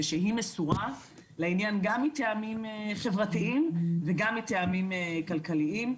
זה שהיא מסורה לעניין גם מטעמים חברתיים וגם מטעמים כלכליים.